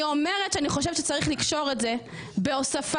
אני אומרת שאני חושבת שצריך לקשור את זה ולהוסיף